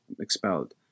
expelled